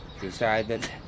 decided